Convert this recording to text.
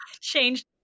changed